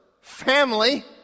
family